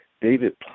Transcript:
David